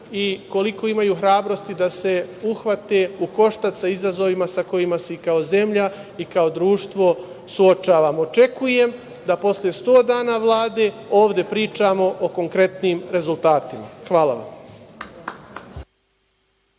i koliko imaju hrabrosti da se uhvate u koštac sa izazovima sa kojima se kao zemlja i kao društvo suočavamo. Očekujem da posle 100 dana Vlade ovde pričamo o konkretnim rezultatima. Hvala vam.